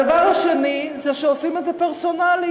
הדבר השני הוא שעושים את זה פרסונלי,